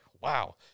wow